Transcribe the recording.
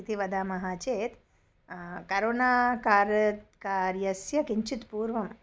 इति वदामः चेत् करोना कारत् कार्यस्य किञ्चित् पूर्वम्